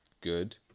Good